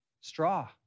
straw